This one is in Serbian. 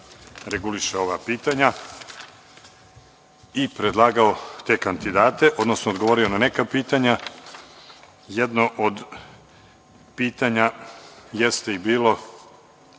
reguliše ova pitanja i predlagao te kandidate, odnosno odgovorio na neka pitanja. Jedno od pitanja jeste bilo